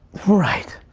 right.